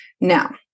Now